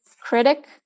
critic